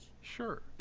Sure